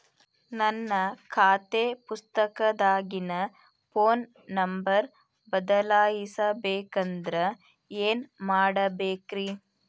ನನ್ನ ಖಾತೆ ಪುಸ್ತಕದಾಗಿನ ಫೋನ್ ನಂಬರ್ ಬದಲಾಯಿಸ ಬೇಕಂದ್ರ ಏನ್ ಮಾಡ ಬೇಕ್ರಿ?